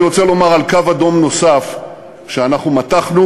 אני רוצה לומר על קו אדום נוסף שאנחנו מתחנו,